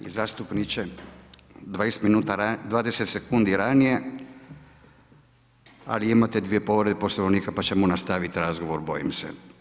I zastupniče 20 sekundi ranije ali imate dvije povrede Poslovnika pa ćemo nastaviti razgovor, bojim se.